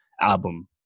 album